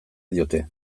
diote